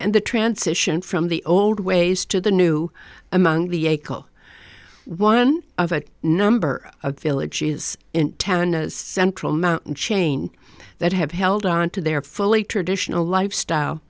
and the transition from the old ways to the new among the a couple one of a number of villages in central mountain chain that have held on to their fully traditional lifestyle